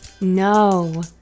No